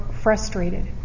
frustrated